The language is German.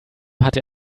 hatte